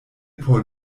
por